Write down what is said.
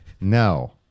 No